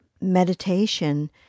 meditation